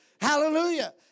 hallelujah